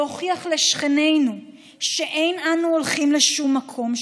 להוכיח לשכנינו שאין אנו הולכים לשום מקום,